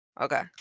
Okay